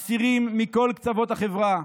אסירים מכל קצוות החברה,